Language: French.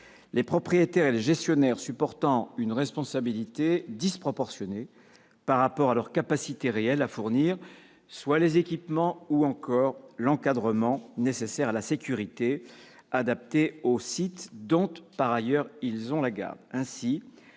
les propriétaires et gestionnaires supportant une responsabilité disproportionnée par rapport à leur capacité réelle à fournir les équipements ou l'encadrement de sécurité adaptés aux sites dont ils ont la garde.